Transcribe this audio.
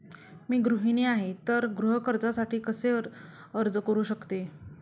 मी गृहिणी आहे तर गृह कर्जासाठी कसे अर्ज करू शकते?